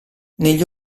negli